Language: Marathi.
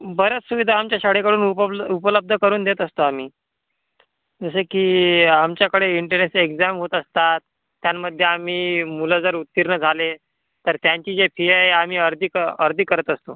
बऱ्याच सुविधा आमच्या शाळेकडून उपब्ल उपलब्ध करून देत असतो आम्ही जसे की आमच्याकडे इंटरेचे एग्जाम होत असतात त्यामध्ये आम्ही मुलं जर उत्तीर्ण झाले तर त्यांची जे फी आहे आम्ही अर्धी क अर्धी करत असतो